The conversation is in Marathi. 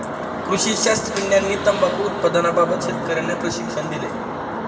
कृषी शास्त्रज्ञांनी तंबाखू उत्पादनाबाबत शेतकर्यांना प्रशिक्षण दिले